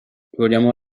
vogliamo